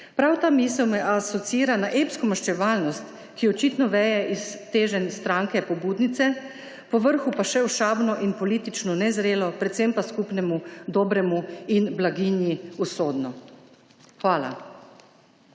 Prav ta misel me asociira na epsko maščevalnost, ki očitno veje iz teženj stranke pobudnice, povrhu pa še ošabno in politično nezrelo, predvsem pa skupnemu dobremu in blaginji usodno. Hvala.